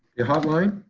the hotline?